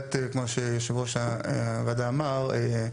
באמת כמו שיו"ר הוועדה אמר,